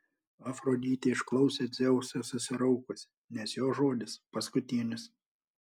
afroditė išklausė dzeusą susiraukusi nes jo žodis paskutinis